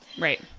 Right